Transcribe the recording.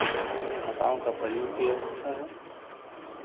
भाषाओं का प्रयोग किया जाता है